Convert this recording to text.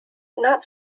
not